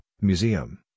museum